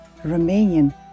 Romanian